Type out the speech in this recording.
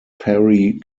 perry